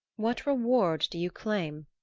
what reward do you claim?